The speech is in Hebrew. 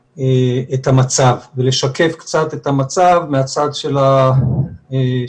המצב ולשקף קצת את המצב מהצד של השטח.